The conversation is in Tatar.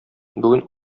бүген